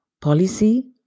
policy